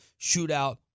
shootout